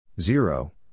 zero